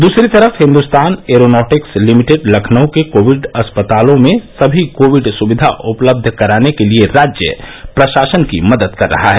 दूसरी तरफ Hindustan aeronautics limited Lucknow के कोविड अस्पतालों में सभी कोविड सुविधा उपलब्ध कराने के लिए राज्य प्रशासन की मदद कर रहा है